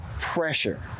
pressure